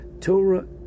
Torah